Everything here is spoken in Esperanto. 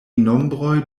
nombroj